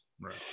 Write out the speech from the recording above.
right